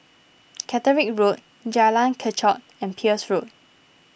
Catterick Road Jalan Kechot and Peirce Road